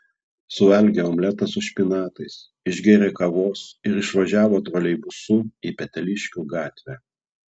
suvalgė omletą su špinatais išgėrė kavos ir išvažiavo troleibusu į peteliškių gatvę